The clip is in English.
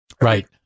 Right